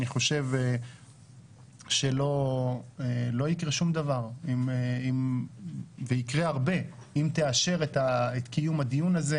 אני חושב שלא יקרה שום דבר - ויקרה הרבה - אם תאשר את קיום דיון הזה.